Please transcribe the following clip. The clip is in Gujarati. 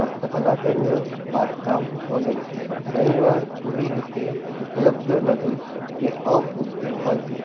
હસ્તકલા કેન્દ્ર બાંધકામ વગેરે ઘણીવાર પૂરી રીતે ઉપલબ્ધ નથી કે અપૂરતી હોય છે